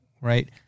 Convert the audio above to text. right